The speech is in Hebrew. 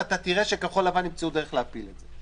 ותראה שכחול לבן ימצאו דרך להפיל את זה,